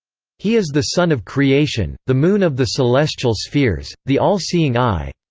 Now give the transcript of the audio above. he is the sun of creation, the moon of the celestial spheres, the all-seeing eye.